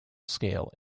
scale